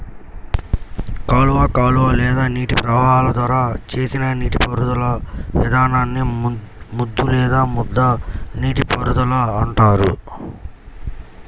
కాలువ కాలువ లేదా నీటి ప్రవాహాల ద్వారా చేసిన నీటిపారుదల విధానాన్ని ముద్దు లేదా ముద్ద నీటిపారుదల అంటారు